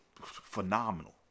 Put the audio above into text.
phenomenal